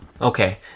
Okay